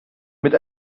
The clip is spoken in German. mit